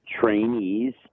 trainees